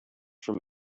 from